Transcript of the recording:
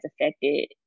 affected